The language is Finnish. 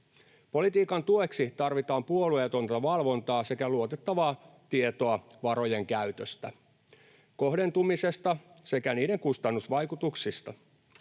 Politiikan tueksi tarvitaan puolueetonta valvontaa sekä luotettavaa tietoa varojen käytöstä, kohdentumisesta sekä niiden kustannusvaikutuksista.